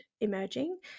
emerging